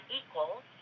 equals